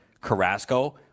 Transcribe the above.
Carrasco